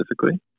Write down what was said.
specifically